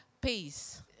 peace